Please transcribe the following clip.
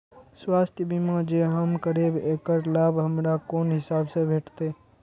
स्वास्थ्य बीमा जे हम करेब ऐकर लाभ हमरा कोन हिसाब से भेटतै?